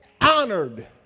honored